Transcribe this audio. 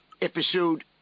episode